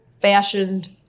fashioned